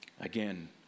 again